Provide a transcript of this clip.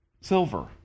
Silver